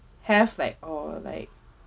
have like or like